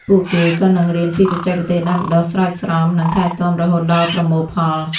ពួកគេក៏នឹងរៀនពីបច្ចេកទេសដាំដុះ ស្រោចស្រព និងថែទាំរហូតដល់ប្រមូលផល។